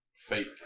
Fake